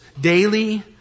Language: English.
Daily